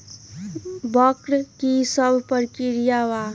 वक्र कि शव प्रकिया वा?